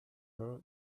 her